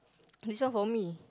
this one for me